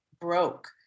broke